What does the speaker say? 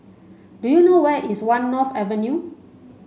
do you know where is One North Avenue